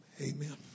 Amen